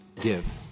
give